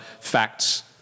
facts